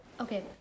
okay